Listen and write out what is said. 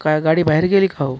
काय गाडी बाहेर गेली का हो